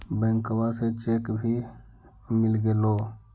बैंकवा से चेक भी मिलगेलो?